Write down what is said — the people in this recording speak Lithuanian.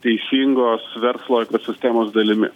teisingos verslo ekosistemos dalimi